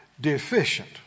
deficient